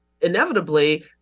inevitably